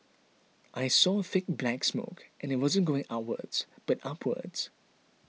I saw thick black smoke and it wasn't going outwards but upwards